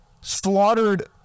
slaughtered